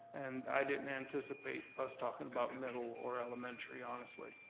and i didn't anticipate us talking about middle or elementary, honestly.